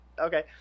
Okay